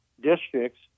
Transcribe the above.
districts